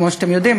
כמו שאתם יודעים,